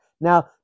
Now